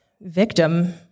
Victim